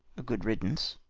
a good riddance.